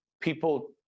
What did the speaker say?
people